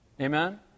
Amen